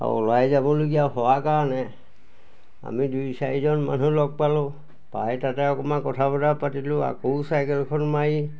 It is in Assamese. আৰু ওলাই যাবলগীয়া হোৱা কাৰণে আমি দুই চাৰিজন মানুহ লগ পালোঁ পায় তাতে অকণমান কথা বতৰা পাতিলোঁ আকৌ চাইকেলখন মাৰি